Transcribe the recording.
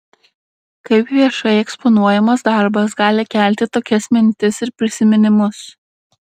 kaip viešai eksponuojamas darbas gali kelti tokias mintis ir prisiminimus